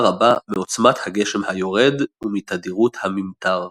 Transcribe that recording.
רבה מעוצמת הגשם היורד ומתדירות הממטר.